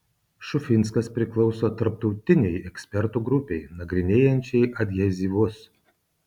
šufinskas priklauso tarptautinei ekspertų grupei nagrinėjančiai adhezyvus